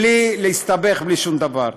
בלי להסתבך, בלי שום דבר.